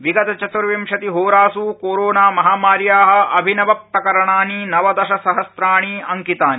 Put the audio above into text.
विगत चत्र्विंशति होरास् कोरोनामहामार्या अभिनवप्रकरणानि नवदशस्रहसाणि अड़कितानि